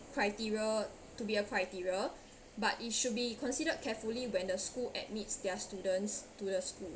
criteria to be a criteria but it should be considered carefully when the school admits their students to the school